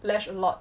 lash a lot